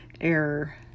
error